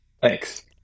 thanks